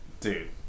dude